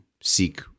seek